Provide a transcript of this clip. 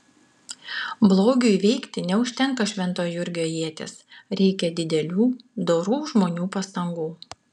blogiui įveikti neužtenka švento jurgio ieties reikia didelių dorų žmonių pastangų